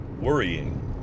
worrying